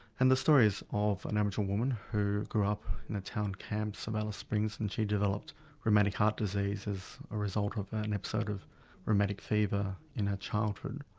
and the story is of an aboriginal woman who grew up in the town camps of alice springs and she developed rheumatic heart disease as a result of an episode of rheumatic fever in her childhood.